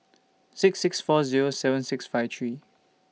six six four Zero seven six five three